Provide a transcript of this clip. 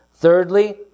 Thirdly